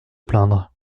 plaindre